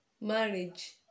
marriage